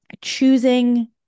choosing